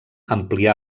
amplià